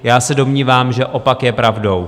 Já se domnívám, že opak je pravdou.